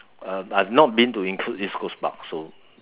um I've not been to include east coast park so